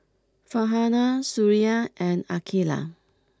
Farhanah Suria and Aqeelah